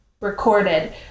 recorded